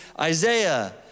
Isaiah